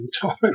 time